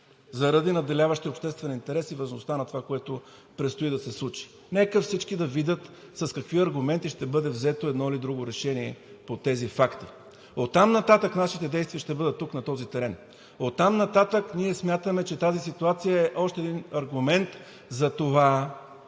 заради надделяващия обществен интерес и важността на това, което предстои да се случи. Нека всички да видят с какви аргументи ще бъде взето едно или друго решение по тези факти. Оттам нататък нашите действия ще бъдат тук на този терен. Оттам нататък ние смятаме, че тази ситуация е още един аргумент за това,